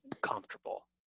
comfortable